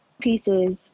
pieces